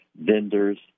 vendors